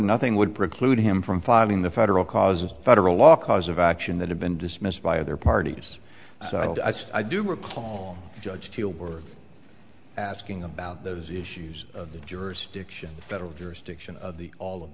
nothing would preclude him from filing the federal cause of federal law cause of action that have been dismissed by other parties so i said i do recall judge people were asking about those issues of the jurisdiction of the federal jurisdiction of the all of